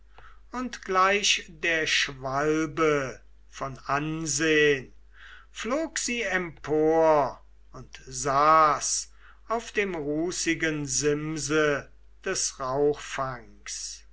und gleich der schwalbe von ansehn flog sie empor und saß auf dem rußichten simse des